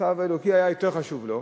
הצו האלוקי היה יותר חשוב לו.